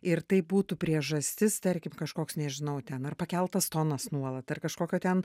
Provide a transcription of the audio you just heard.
ir tai būtų priežastis tarkim kažkoks nežinau ten ar pakeltas tonas nuolat ar kažkokio ten